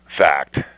fact